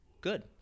good